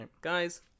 guys